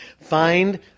Find